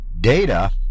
Data